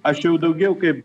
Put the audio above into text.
aš jau daugiau kaip